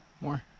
More